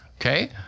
okay